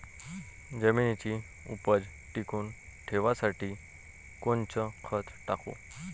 जमिनीची उपज टिकून ठेवासाठी कोनचं खत टाकू?